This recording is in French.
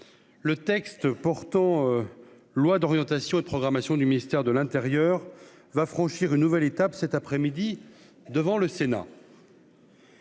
le texte portant loi d'orientation et de programmation du ministère de l'Intérieur va franchir une nouvelle étape cet après-midi devant le Sénat.